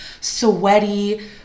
sweaty